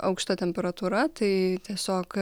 aukšta temperatūra tai tiesiog